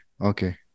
Okay